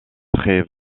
très